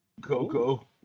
Coco